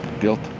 Guilt